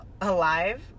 alive